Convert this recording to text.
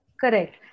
Correct